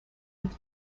with